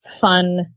fun